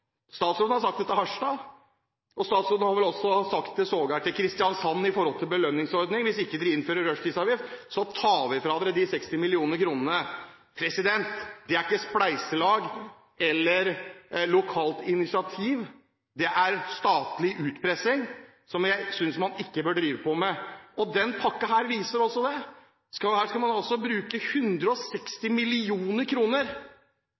Statsråden har sagt det til Harstad, og statsråden har vel også sågar med hensyn til belønningsordningen sagt det til Kristiansand: Hvis dere ikke innfører rushtidsavgift, tar vi fra dere de 60 mill. kr. Det er ikke spleiselag eller lokalt initiativ. Det er statlig utpressing – som jeg synes man ikke bør drive med. Denne pakken her viser også det. Her skal man altså bruke